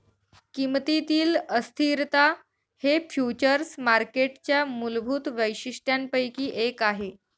किमतीतील अस्थिरता हे फ्युचर्स मार्केटच्या मूलभूत वैशिष्ट्यांपैकी एक आहे